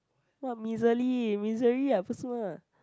what miserly misery ah 不是吗